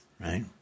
Right